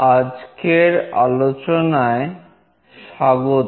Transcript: আজকের আলোচনায় স্বাগত